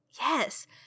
Yes